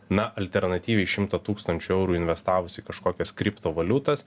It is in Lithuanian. na alternatyviai šimtą tūkstančių eurų investavus į kažkokias kriptovaliutas